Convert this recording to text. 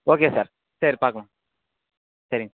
okay sir சரி பார்க்கலாம் சரிங்க